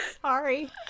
Sorry